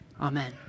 Amen